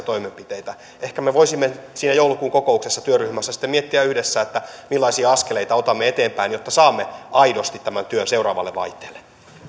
toimenpiteitä ehkä me voisimme siinä joulukuun kokouksessa työryhmässä sitten miettiä yhdessä millaisia askeleita otamme eteenpäin jotta saamme aidosti tämän työn seuraavalle vaihteelle